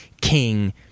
king